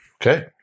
Okay